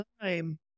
time